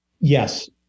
Yes